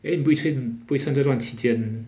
eh 不算不会算这段时间